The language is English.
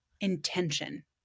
intention